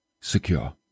secure